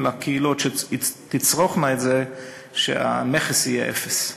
לקהילות שתצרוכנה את זה שהמכס יהיה אפס.